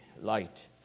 light